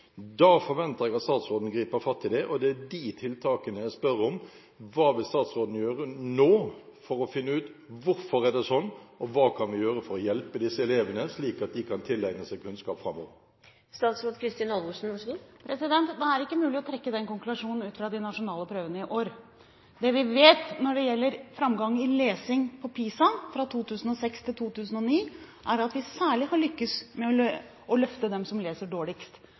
Da forventer jeg at statsråden griper fatt i det, og det er de tiltakene jeg spør om. Hva vil statsråden gjøre nå for å finne ut hvorfor det er sånn? Og hva kan vi gjøre for å hjelpe disse elevene slik at de kan tilegne seg kunnskap framover? Det er ikke mulig å trekke den konklusjonen ut fra de nasjonale prøvene i år. Det vi vet når det gjelder framgang i lesing fra PISA 2006–2009, er at vi særlig har lyktes med å løfte dem som leser dårligst.